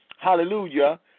hallelujah